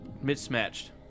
Mismatched